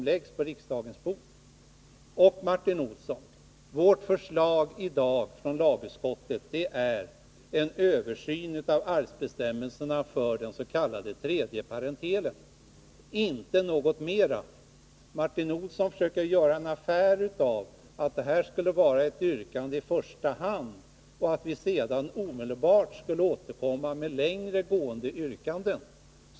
Det förslag lagutskottet nu lägger fram är att det skall genomföras en översyn av arvsbestämmelserna för den s.k. tredje parentelen, inte något mera. Martin Olsson försöker göra affär av att detta skulle vara ett yrkande i första hand och att vi sedan omedelbart skulle återkomma med längre gående yrkanden.